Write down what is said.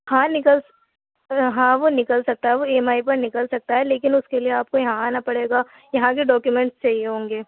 ہاں نکل ہاں وہ نکل سکتا ہے وہ ای ایم آئی پر نکل سکتا ہے لیکن اُس کے لیے آپ کو یہاں آنا پڑے گا یہاں کے ڈاکیومنٹس چاہیے ہوں گے